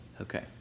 Okay